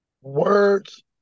Words